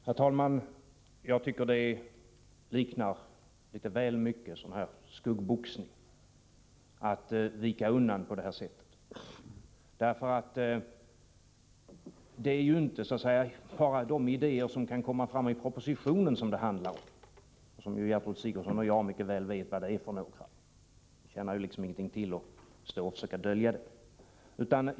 Herr talman! Jag tycker att det väl mycket liknar skuggboxning att vika undan på detta sätt. Det är ju inte bara de idéer som kan komma fram i propositionen det handlar om. Vilka dessa är vet ju Gertrud Sigurdsen och jag mycket väl, och det tjänar ingenting till att försöka dölja det.